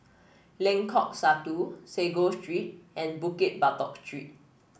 Lengkok Satu Sago Street and Bukit Batok Street